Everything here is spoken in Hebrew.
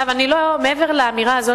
מעבר לאמירה הזאת,